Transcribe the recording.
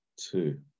two